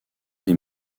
des